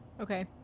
Okay